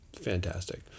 fantastic